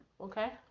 Okay